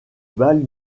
bal